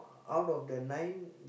out of the nine